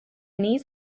need